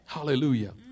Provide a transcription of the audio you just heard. Hallelujah